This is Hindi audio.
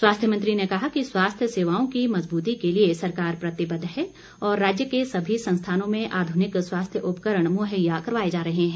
स्वास्थ्य मंत्री ने कहा कि स्वास्थ्य सेवाओं की मजबूती के लिए सरकार प्रतिबद्व है और राज्य के सभी संस्थानों में आधुनिक स्वास्थ्य उपकरण मुहैया करवाए जा रहे हैं